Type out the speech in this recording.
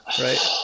right